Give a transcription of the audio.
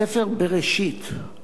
ספר בראשית,